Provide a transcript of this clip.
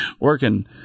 working